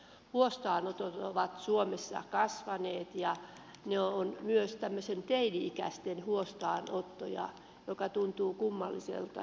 huostaanottomäärät ovat suomessa kasvaneet ja ne ovat myös tämmöisiä teini ikäisten huostaanottoja mikä tuntuu kummalliselta